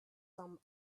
some